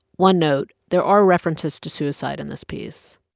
one note, there are references to suicide in this piece.